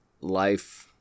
life